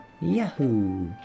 Yahoo